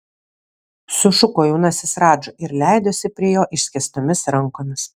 sušuko jaunasis radža ir leidosi prie jo išskėstomis rankomis